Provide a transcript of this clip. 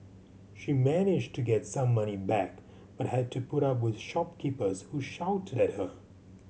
she managed to get some money back but had to put up with shopkeepers who shouted at her